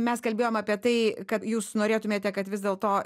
mes kalbėjom apie tai kad jūs norėtumėte kad vis dėl to